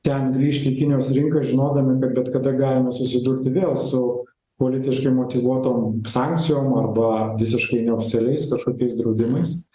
ten grįžt į kinijos rinką žinodami kad bet kada galime susidurti vėl su politiškai motyvuotom sankcijom arba visiškai neoficialiais kažkokiais draudimais